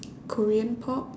korean pop